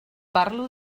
parlo